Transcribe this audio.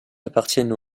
appartiennent